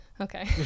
Okay